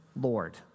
Lord